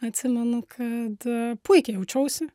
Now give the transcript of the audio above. atsimenu kad puikiai jaučiausi